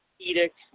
edict